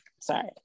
sorry